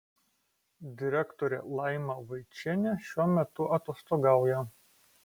direktorė laima vaičienė šiuo metu atostogauja